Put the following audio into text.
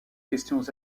questions